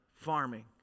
farming